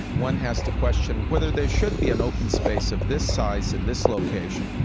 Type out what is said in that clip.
one has to question whether there should be an open space of this size in this location.